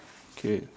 K